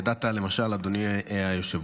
ידעת, למשל, אדוני היושב-ראש,